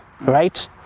right